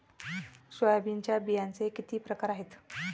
सोयाबीनच्या बियांचे किती प्रकार आहेत?